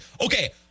Okay